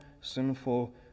sinful